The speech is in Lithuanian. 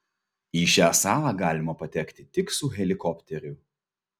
į šią salą galima patekti tik su helikopteriu